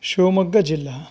शिवमोग्गजिल्ला